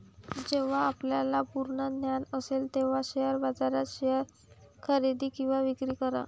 जेव्हा आपल्याला पूर्ण ज्ञान असेल तेव्हाच शेअर बाजारात शेअर्स खरेदी किंवा विक्री करा